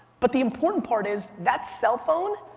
but the important part is that cell phone,